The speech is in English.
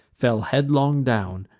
fell headlong down.